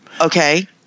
okay